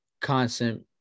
constant